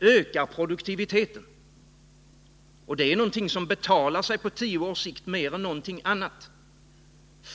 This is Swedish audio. ökar produktiviteten, och det är någonting som betalar sig på tio års sikt mer än något annat.